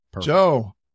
Joe